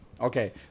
Okay